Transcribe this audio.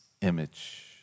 image